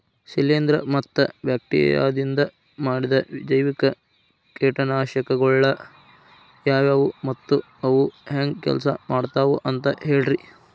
ಶಿಲೇಂಧ್ರ ಮತ್ತ ಬ್ಯಾಕ್ಟೇರಿಯದಿಂದ ಮಾಡಿದ ಜೈವಿಕ ಕೇಟನಾಶಕಗೊಳ ಯಾವ್ಯಾವು ಮತ್ತ ಅವು ಹೆಂಗ್ ಕೆಲ್ಸ ಮಾಡ್ತಾವ ಅಂತ ಹೇಳ್ರಿ?